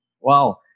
Wow